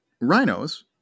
rhinos